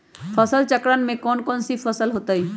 फसल चक्रण में कौन कौन फसल हो ताई?